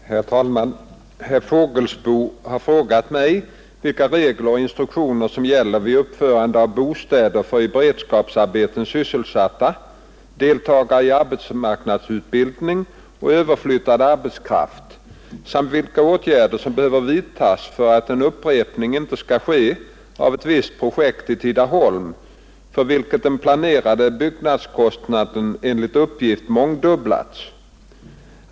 Herr talman! Herr Fågelsbo har frågat mig vilka regler och instruktioner som gäller vid uppförande av bostäder för i beredskapsarbeten sysselsatta deltagare i arbetsmarknadsutbildning och överflyttad arbetskraft samt vilka åtgärder som behöver vidtagas för att en upprepning inte skall ske av ett visst projekt i Tidaholm, för vilket den planerade byggkostnaden enligt uppgift mångdubblats.